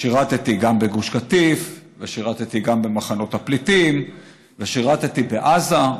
שירתי גם בגוש קטיף ושירתי גם במחנות הפליטים ושירתי בעזה.